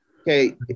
Okay